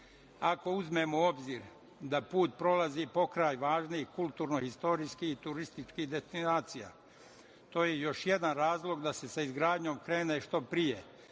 Ako uzmemo u obzir da put prolazi pokraj važnih kulturnoistorijskih turističkih destinacija, to je još jedan razlog da se sa izgradnjom krene što pre,